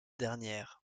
dernière